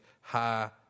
high